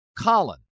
Colin